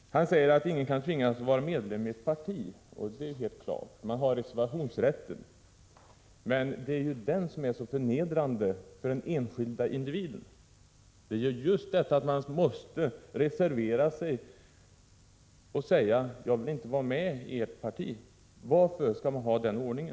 Han säger att ingen kan tvingasatt 23 oktober 1986 vara medlem i ett parti. Det är helt klart, man har ju reservationsrätt. Men. == do dJ man oo det är just detta, att man måste reservera sig och säga att man inte vill vara med i det socialdemokratiska partiet, som är så förnedrande för den enskilda individen. Varför skall man ha denna ordning?